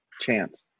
chance